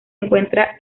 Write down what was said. encuentra